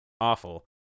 awful